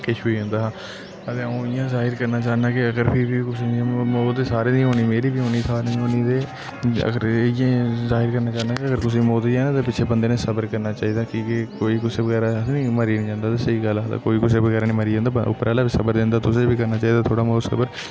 केश होंई जंदा हा ते इ'यां जाहिर करना चाहना की अगर फि कौसे बी मौत ते सारे दी होंनी मेरी बी होंनी ते सारे दी औनी ते अगर इ'यै जाहिर करना चाहना की अगर कुसै दी मौत होंई जा ना ते बंदे नै सबर करना चाहिदा की के कोई कुसै वगैरा आक्खदे नी मरी नी जंदा सेई गल्ल आक्खदे कोई कुसे वगैरा नी मरी जंदा ते उप्परा आह्ला सबर दिदा तुसे बी करना चाहिदा थोह्ड़ा सबर